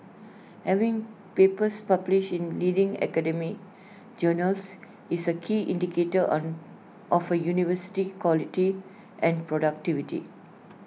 having papers published in leading academic journals is A key indicator on of A university's quality and productivity